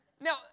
Now